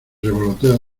revoloteo